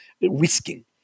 whisking